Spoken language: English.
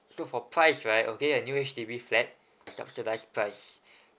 so for price right okay a new H_D_B flat a subsidise price